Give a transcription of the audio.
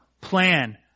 plan